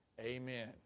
Amen